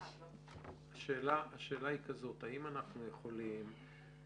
השאלה היא אם אנחנו יכולים